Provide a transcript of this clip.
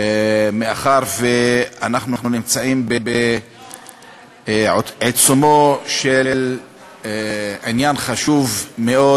אנחנו נמצאים בעיצומו של עניין חשוב מאוד,